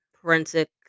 forensic